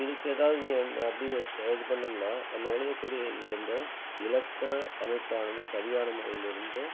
இதுக்கு ஏதாவது நீ வந் அப்படியே எடுத்து இது பண்ணணும்னா நம்ம எழுதக்கூடிய இது வந்து இலக்கண அமைப்பானது சரியான முறையில் இருந்து